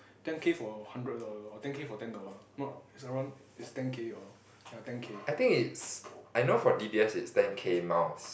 ten K for hundred dollar or ten K for ten dollar not is around is ten K or ten K